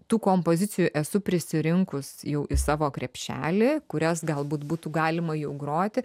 tų kompozicijų esu prisirinkus jau į savo krepšelį kurias galbūt būtų galima jau groti